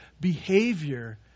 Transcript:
behavior